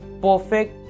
perfect